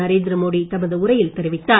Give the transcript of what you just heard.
நரேந்திரமோடி தமது உரையில் தெரிவித்தார்